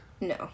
No